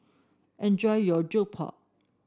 enjoy your Jokbal